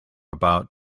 about